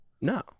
No